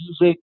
music